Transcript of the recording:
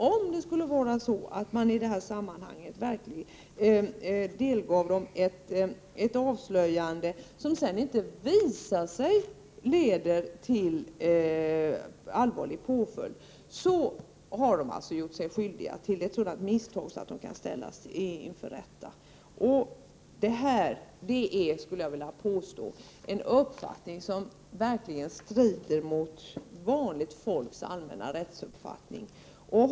Om man delger dem ett avslöjande, som sedan visar sig icke leda till allvarlig påföljd, har man gjort sig skyldig till ett sådant misstag att man kan ställas inför rätta. Detta är, skulle jag vilja påstå, något som verkligen strider mot vanligt folks allmänna rättsuppfattning.